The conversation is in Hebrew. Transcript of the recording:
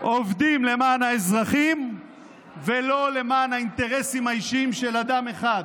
עובדים למען האזרחים ולא למען האינטרסים האישיים של אדם אחד.